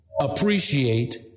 appreciate